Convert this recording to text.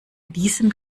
diesem